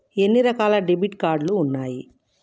ఎన్ని రకాల debit card ఉన్నాయి?